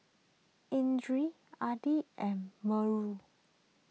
Idris Adi and Melur